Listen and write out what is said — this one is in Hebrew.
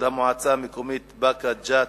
המועצות המקומיות באקה-אל-ע'רביה וג'ת),